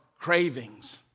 cravings